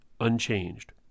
unchanged